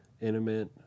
intimate